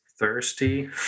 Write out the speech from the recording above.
Thirsty